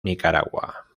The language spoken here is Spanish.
nicaragua